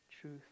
truth